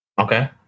okay